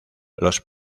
los